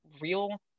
real